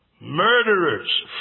murderers